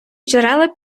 джерела